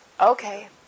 Okay